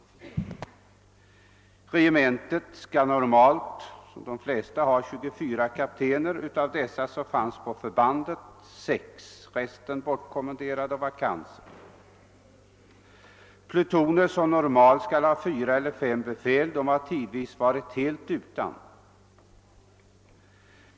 Regementet skail normalt, i likhet med de flesta regementen, ha 24 kaptener. Av dessa fanns på förbandet sex. De övriga är bortkommenderade eller också är tjänsterna vakanta. Plutoner, som normalt skall ha fyra eller fem befäl, har tidvis varit helt utan befäl.